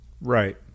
right